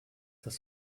das